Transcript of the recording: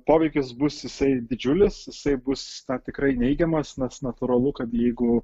poveikis bus jisai didžiulis jisai bus na tikrai neigiamas nes natūralu kad jeigu